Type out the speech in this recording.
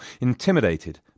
intimidated